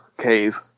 cave